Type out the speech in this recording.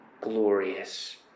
glorious